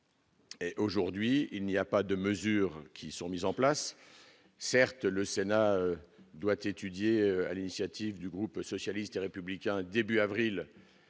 Aujourd'hui il n'y a pas de mesures qui sont mises en place, certes le Sénat doit étudier à l'initiative du groupe socialiste et républicain début avril